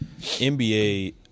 NBA